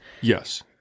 yes